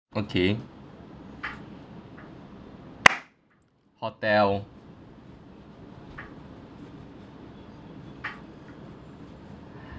okay hotel